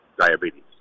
diabetes